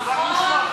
נכון.